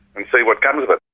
and see what comes of it.